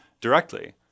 directly